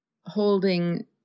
holding